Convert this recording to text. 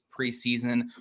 preseason